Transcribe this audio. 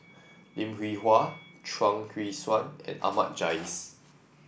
Lim Hwee Hua Chuang Hui Tsuan and Ahmad Jais